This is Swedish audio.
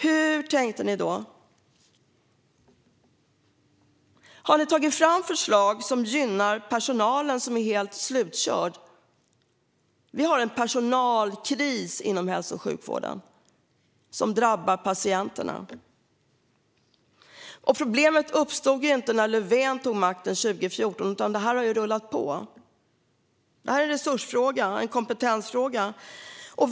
Hur tänkte ni då? Har ni tagit fram förslag som gynnar personalen, som är helt slutkörd? Vi har en personalkris inom hälso och sjukvården som drabbar patienterna. Problemet uppstod inte när Löfven tog makten 2014, utan det här har rullat på. Det är en resursfråga och en kompetensfråga.